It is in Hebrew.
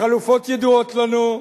החלופות ידועות לנו,